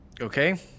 okay